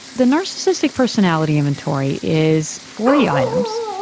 the narcissistic personality inventory is forty items.